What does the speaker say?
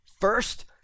First